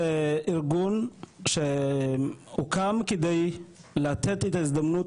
זה ארגון שהוקם כדי לתת את ההזדמנות